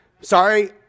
sorry